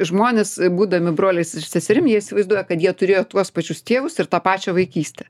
žmonės būdami broliais seserim jie įsivaizduoja kad jie turėjo tuos pačius tėvus ir tą pačią vaikystę